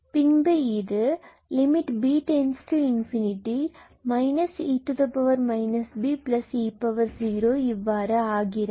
பின்பு இது lim𝐵→∞ e Be0இவ்வாறு ஆகும்